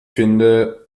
finde